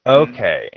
okay